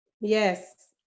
Yes